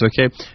okay